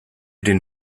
den